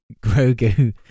Grogu